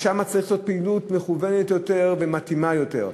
שם צריך לעשות פעילות מכוונת יותר ומתאימה יותר.